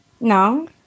no